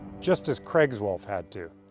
just as craig's wolf had to.